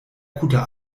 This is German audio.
akuter